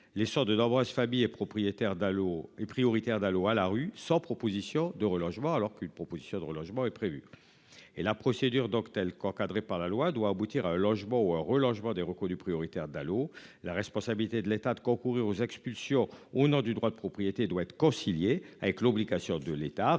familles et propriétaire d'Allos et prioritaire Dalo à la rue sans proposition de relogement. Alors qu'une proposition de relogement est prévu. Et la procédure donc telle qu'encadrée par la loi doit aboutir à un logement ou un relogement des reconnus prioritaires Dalo la responsabilité de l'État de concourir aux expulsions au nom du droit de propriété doit être concilié avec l'obligation de l'État